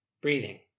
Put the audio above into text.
breathing